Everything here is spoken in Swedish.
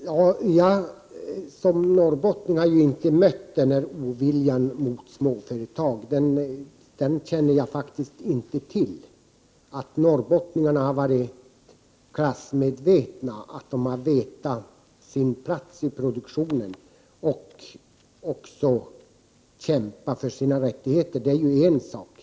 Herr talman! Som norrbottning har jag inte mött denna ovilja mot småföretagande. Den känner jag inte till. Att norrbottningarna har varit klassmedvetna och vetat sin plats i produktionen och kämpat för sina rättigheter är ju en sak.